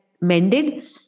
mended